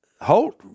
Holt